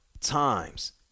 times